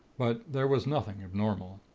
but there was nothing abnormal.